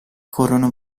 corrono